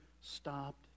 stopped